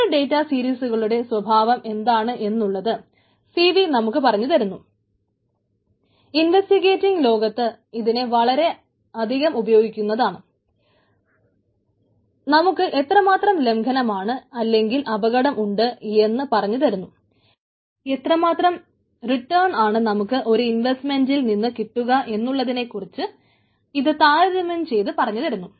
2 data സീരിയസുകളുടെ സ്വഭാവം എന്താണ് എന്ന് ഉള്ളത് സിവി നിന്ന് കിട്ടുക എന്നുള്ളതിനെ കുറിച്ച് ഇത് താരതമ്യം ചെയ്ത് പറഞ്ഞുതരുന്നു